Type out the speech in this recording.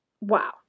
wow